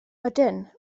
ydyn